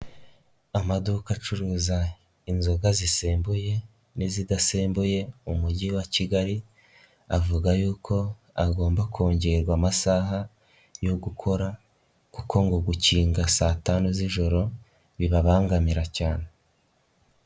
Amaduka acuruza inzoga zisembuye n'izidasembuye mu mujyi wa Kigali, avuga yuko hagomba kongerwa amasaha yo gukora kuko ngo gukinga saa tanu z'ijoro bibabangamira cyane.